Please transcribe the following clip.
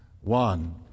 One